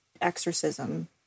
exorcism